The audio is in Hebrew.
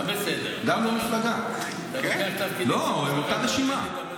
לא, הוא יפתח רשימה.